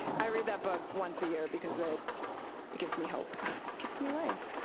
i read that book once a year, because it it gives me hope. it gives me life.